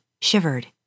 shivered